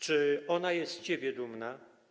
Czy ona jest z ciebie dumna?